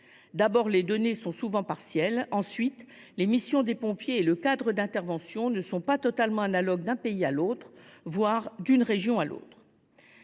: les données sont souvent partielles et les missions des pompiers comme le cadre d’intervention ne sont pas totalement analogues d’un pays à l’autre, voire d’une région à l’autre.